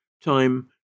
Time